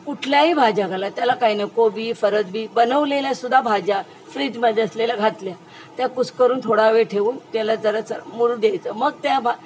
कुठल्याही भाज्या घाला त्याला काही नाही कोबी फरसबी बनवलेल्यासुद्धा भाज्या फ्रीजमध्ये असलेल्या घातल्या त्या कुस्करून थोडा वेळ ठेवून त्याला जरासं मुरू द्यायचं मग त्या भा